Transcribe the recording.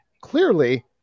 Clearly